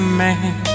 man